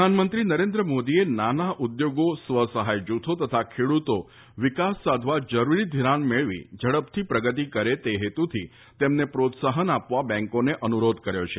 bank પ્રધાનમંત્રી નરેન્દ્ર મોદી નાના ઉદ્યોગો સ્વ સહાય જૂથો તથા ખેડૂતો વિકાસ સાધવા જરૂરી ઘિરાણ મેળવી ઝડપથી પ્રગતી કરે તે હેતુથી તેમને પ્રોત્સાહન આપવા બેન્કોને અનુરોધ કર્યો છે